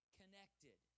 connected